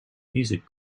music